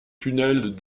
tunnels